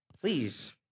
please